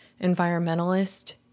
environmentalist